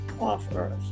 off-Earth